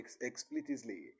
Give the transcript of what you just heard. explicitly